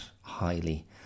highly